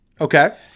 Okay